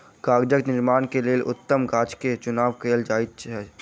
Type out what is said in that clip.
कागज़ निर्माण के लेल उत्तम गाछ के चुनाव कयल जाइत अछि